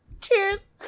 Cheers